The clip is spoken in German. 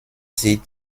sie